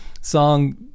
song